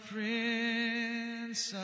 Prince